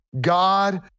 God